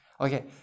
okay